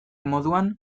moduan